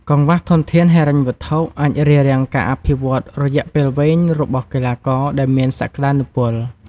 កង្វះធនធានហិរញ្ញវត្ថុអាចរារាំងការអភិវឌ្ឍន៍រយៈពេលវែងរបស់កីឡាករដែលមានសក្តានុពល។